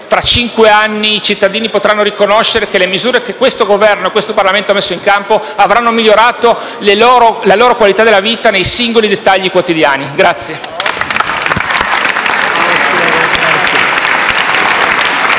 fra cinque anni i cittadini potranno riconoscere che le misure che l'attuale Governo e questo Parlamento hanno messo in campo avranno migliorato la qualità della loro vita nei singoli dettagli quotidiani. *(Applausi